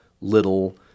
little